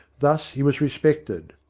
thus he was respected.